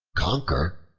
conquer,